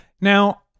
now